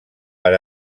per